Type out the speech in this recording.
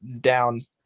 down